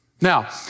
Now